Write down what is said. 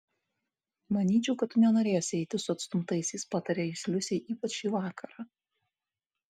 manyčiau kad tu nenorėsi eiti su atstumtaisiais patarė jis liusei ypač šį vakarą